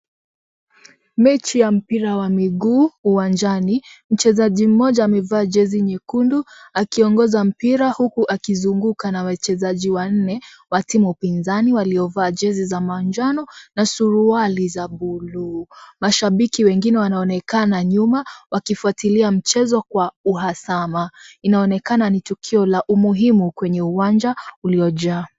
Mechi ya mpira wa miguu uwanjani, mchezaji mmoja amevaa jezi nyekundu kiongoza mpira huku akizungukwa na wachezaji wanne wa timu ya upinzani waliovaa jezi za manjano na suruali za bluu, mashabiki wengine wanaonekana nyuma wakifuatilia mchezo kwa uhasama inaonekana ni tukio la umuhimu kwenye uwanja uliojaa.